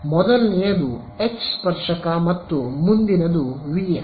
ಮೊದಲನೆಯದು ಎಚ್ ಸ್ಪರ್ಶಕ ಮತ್ತು ಮುಂದಿನದು ವಿ ಎಸ್